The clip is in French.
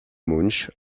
münch